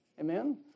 Amen